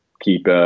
keep